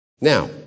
Now